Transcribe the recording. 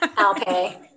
okay